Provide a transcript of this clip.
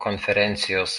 konferencijos